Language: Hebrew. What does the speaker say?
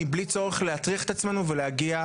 מבלי צורך להטריח את עצמו ולהגיע